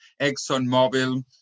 ExxonMobil